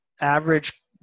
average